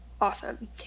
Awesome